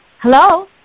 Hello